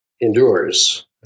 endures